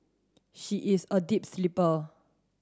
she is a deep sleeper